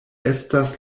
estas